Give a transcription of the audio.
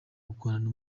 gukorana